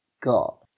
got